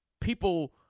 people